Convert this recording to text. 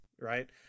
Right